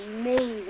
amazing